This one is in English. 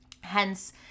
hence